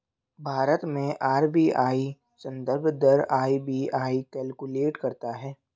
भारत में आर.बी.आई संदर्भ दर आर.बी.आई कैलकुलेट करता है